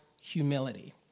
humility